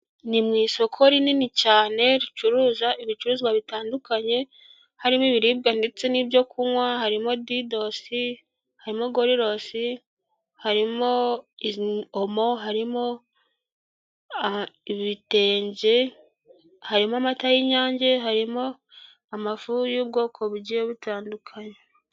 Ni mu isoko rinini cyane ricuruza ibicuruzwa bitandukanye harimo ibiribwa ndetse n'ibyo kunywa harimo didosi, harimo gorirosi, harimo omo, harimo ibitenge, harimo amata y'inyange, harimo amafu y'ubwoko bugiye butandukanye.